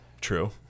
True